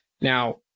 Now